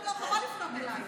חבל לפנות אליי.